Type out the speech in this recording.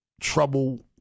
trouble